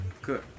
Good